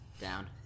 Down